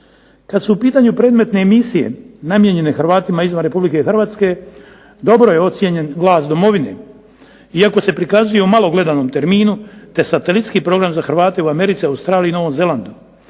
Kada su u pitanju predmetne emisije namijenjene Hrvatima izvan Republike Hrvatske dobro je ocijenjen "Glas Domovine" iako se prikazuje u malo gledanom terminu te satelitski program za Hrvate u Americi, Australiji i Novom Zelandu.